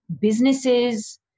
businesses